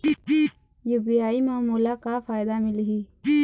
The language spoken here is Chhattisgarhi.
यू.पी.आई म मोला का फायदा मिलही?